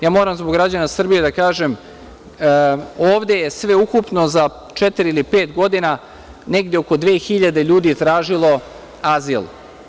Ja moram zbog građana Srbije da kažem – ovde je sveukupno za četiri, pet godina negde oko 2.000 ljudi tražilo azil.